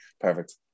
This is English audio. Perfect